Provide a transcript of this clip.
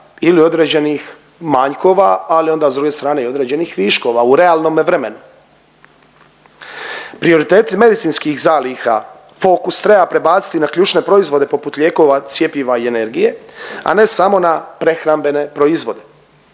ili određenih manjkova ali onda s druge strane i određenih viškova u realnome vremenu. Prioriteti medicinski zaliha, fokus treba prebaciti na ključne proizvode poput lijekova, cjepiva i energije, a ne samo na prehrambene proizvode.